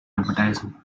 advertising